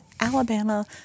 Alabama